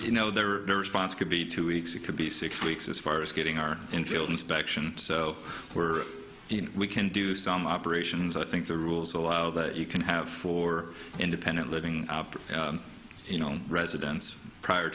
you know there are no response could be two weeks it could be six weeks as far as getting our entailed inspection so we're we can do some operations i think the rules allow that you can have for independent living you know residence prior